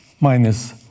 minus